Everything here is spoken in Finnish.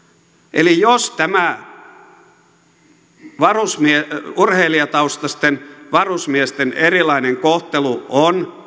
eli jos tämä urheilijataustaisten varusmiesten erilainen kohtelu on